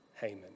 Haman